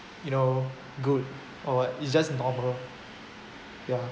you know good or what it's just normal ya